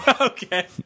Okay